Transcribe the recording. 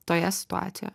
toje situacijoje